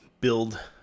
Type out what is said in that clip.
build